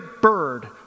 Bird